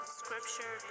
scripture